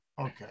Okay